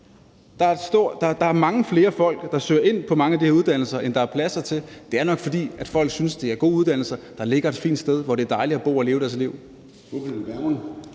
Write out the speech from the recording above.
Der er mange flere folk, der søger ind på mange af de her uddannelser, end der er pladser til. Det er nok, fordi folk synes, det er gode uddannelser, der ligger et fint sted, og hvor det dejligt at bo og leve sit liv.